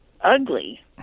ugly